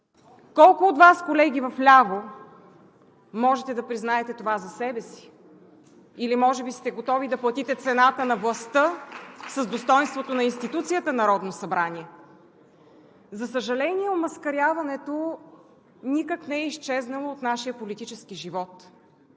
Колко от Вас, колеги вляво, можете да признаете това за себе си, или може би сте готови да платите цената на властта с достойнството на институцията Народно събрание? (Ръкопляскания от ГЕРБ.) За съжаление, омаскаряването никак не е изчезнало от нашия политически живот,